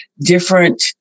different